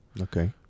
okay